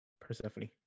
persephone